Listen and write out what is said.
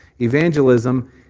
Evangelism